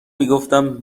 میگفتم